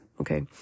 Okay